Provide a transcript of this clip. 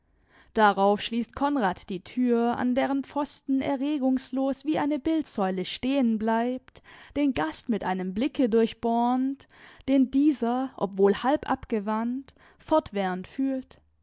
darauf schließt konrad die tür an deren pfosten er regungslos wie eine bildsäule stehen bleibt den gast mit einem blicke durchbohrend den dieser obwohl halb abgewandt fortwährend fühlt